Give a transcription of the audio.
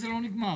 לא נגמר?